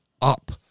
up